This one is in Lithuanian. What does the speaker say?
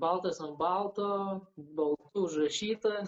baltas ant balto baltai užrašyta